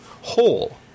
hole